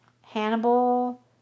Hannibal